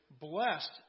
blessed